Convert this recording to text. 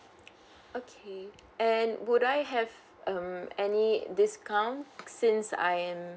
okay and would I have um any discount since I am